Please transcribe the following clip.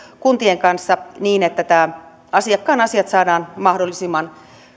kuntien kanssa niin että nämä asiakkaan asiat saadaan mahdollisimman